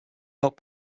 york